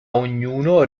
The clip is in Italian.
ognuno